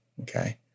Okay